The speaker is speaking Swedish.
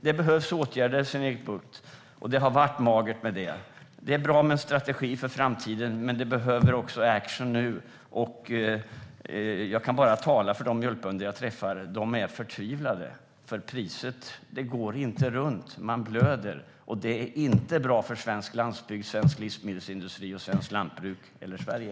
Det behövs åtgärder, Sven-Erik Bucht, men det har varit magert med sådana. Det är bra med en strategi för framtiden, men det behövs också action nu. Jag kan bara tala för de mjölkbönder jag träffar. De är förtvivlade, för det går inte runt med rådande priser. Man blöder. Det är inte bra för svensk landsbygd, svensk livsmedelsindustri, svenskt lantbruk eller Sverige.